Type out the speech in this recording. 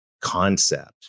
concept